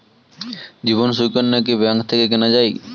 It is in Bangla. জীবন সুকন্যা কি ব্যাংক থেকে কেনা যায়?